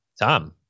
Tom